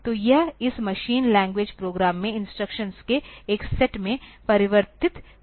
तो यह इस मशीन लैंग्वेज प्रोग्राम में इंस्ट्रक्शंस के एक सेट में परिवर्तित हो रहा है